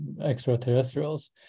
extraterrestrials